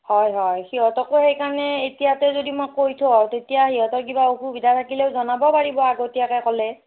হয় হয় সিহঁতকো সেইকাৰণে এতিয়াতে যদি মই কৈ থওঁ তেতিয়া সিহঁতৰ কিবা অসুবিধা থাকিলেও জনাব পাৰিব আগতীয়াকৈ ক'লে